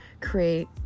create